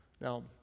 Now